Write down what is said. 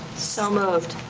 so moved.